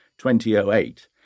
2008